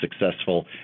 successful